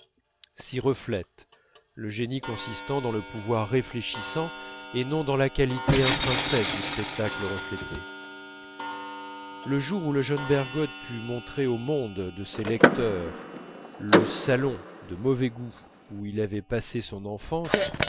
s'y reflète le génie consistant dans le pouvoir réfléchissant et non dans la qualité intrinsèque du spectacle reflété le jour où le jeune bergotte put montrer au monde de ses lecteurs le salon de mauvais goût où il avait passé son enfance